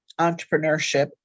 entrepreneurship